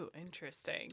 interesting